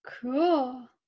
cool